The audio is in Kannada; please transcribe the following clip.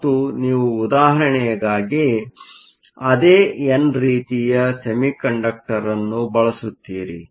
ಮತ್ತು ನೀವು ಉದಾಹರಣೆಯಾಗಿ ಅದೇ ಎನ್ ರೀತಿಯ ಸೆಮಿಕಂಡಕ್ಟರ್ ಅನ್ನು ಬಳಸುತ್ತೀರಿ